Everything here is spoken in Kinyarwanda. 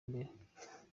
mbere